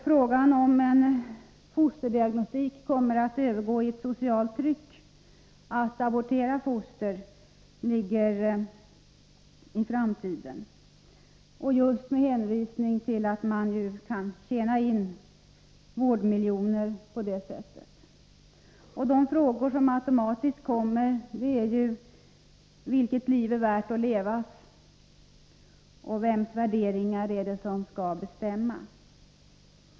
Frågan om en fosterdiagnostik kommer att leda till ett socialt tryck att abortera foster ligger i framtiden — just med hänvisning till att man kan tjäna in vårdmiljoner på det sättet. De frågor som då automatiskt uppstår är: Vilket liv är värt att leva? Vems värderingar är det som skall bestämma?